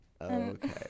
Okay